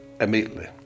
immediately